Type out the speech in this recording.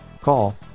Call